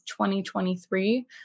2023